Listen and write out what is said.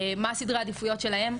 מה סדר העדיפויות שלהם,